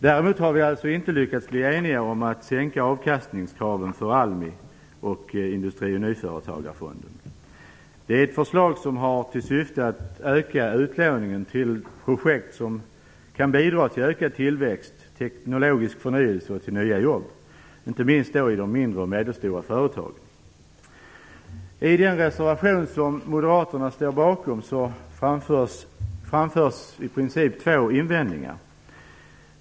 Däremot har vi inte lyckats bli eniga om att sänka avkastningskraven för ALMI och för Industri och nyföretagarfonden. Det är ett förslag som har till syfte att öka utlåningen till projekt som kan bidra till ökad tillväxt, teknologisk förnyelse och nya jobb - inte minst i de mindre och medelstora företagen. I den reservation som moderaterna står bakom framförs i princip två invändningar.